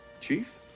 Chief